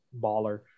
baller